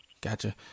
Gotcha